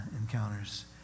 encounters